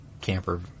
camper